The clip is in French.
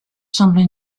semblent